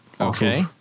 Okay